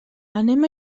anem